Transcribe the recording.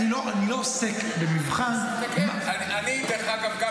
אני לא עוסק במבחן --- דרך אגב,